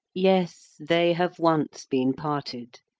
yes, they have once been parted,